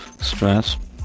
stress